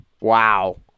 Wow